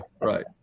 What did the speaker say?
Right